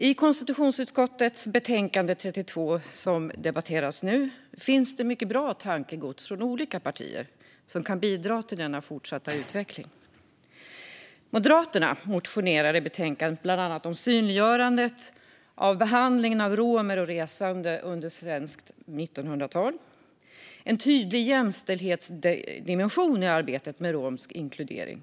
I konstitutionsutskottets betänkande 32, som debatteras nu, finns bra mycket bra tankegods från olika partier som kan bidra till denna fortsatta utveckling. Moderaterna har motioner till betänkandet om att bland annat synliggöra behandlingen av romer och resande under svenskt 1900-tal. Det finns en tydlig jämställdhetsdimension i arbetet med romsk inkludering.